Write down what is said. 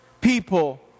people